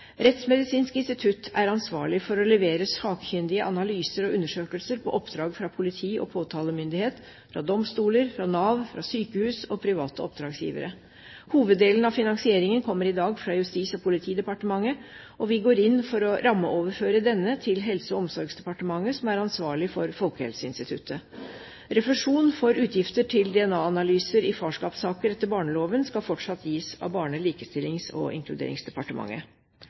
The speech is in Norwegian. Rettsmedisinsk institutt er ansvarlig for å levere sakkyndige analyser og undersøkelser på oppdrag fra politi og påtalemyndighet, domstoler, Nav, sykehus og private oppdragsgivere. Hoveddelen av finansieringen kommer i dag fra Justis- og politidepartementet, og vi går inn for å rammeoverføre denne til Helse- og omsorgsdepartementet, som er ansvarlig for Folkehelseinstituttet. Refusjon for utgifter til DNA-analyser i farskapssaker etter barneloven skal fortsatt gis av Barne-, likestillings- og inkluderingsdepartementet.